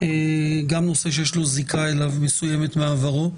גם בנושא שיש לו זיקה מסוימת מעברו,